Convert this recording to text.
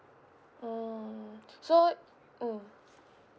mm so mm